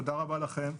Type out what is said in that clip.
תודה רבה לכם,